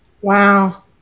Wow